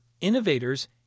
innovators